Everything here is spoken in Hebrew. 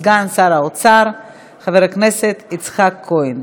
סגן שר האוצר חבר הכנסת יצחק כהן.